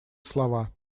слова